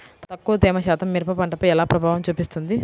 తక్కువ తేమ శాతం మిరప పంటపై ఎలా ప్రభావం చూపిస్తుంది?